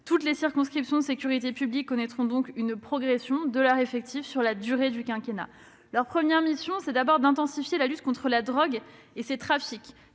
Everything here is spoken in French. Toutes les circonscriptions de sécurité publique connaîtront une progression de leur effectif sur la durée du quinquennat. Leur première mission est d'intensifier la lutte contre la drogue et ses trafics.